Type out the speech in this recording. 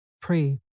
Pray